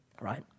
right